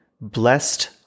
Blessed